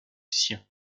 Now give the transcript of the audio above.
sien